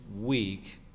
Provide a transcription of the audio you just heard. week